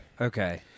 Okay